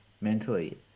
mentally